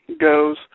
goes